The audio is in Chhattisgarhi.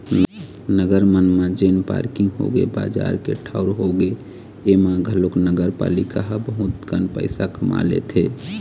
नगर मन म जेन पारकिंग होगे, बजार के ठऊर होगे, ऐमा घलोक नगरपालिका ह बहुत कन पइसा कमा लेथे